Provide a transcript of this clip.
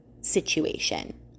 situation